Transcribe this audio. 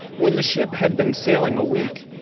when the ship had been sailing a week,